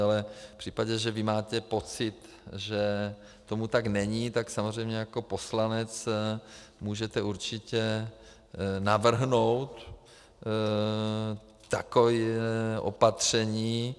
Ale v případě, že máte pocit, že tomu tak není, tak samozřejmě jako poslanec můžete určitě navrhnout takové opatření.